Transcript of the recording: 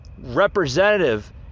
representative